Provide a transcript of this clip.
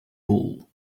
hole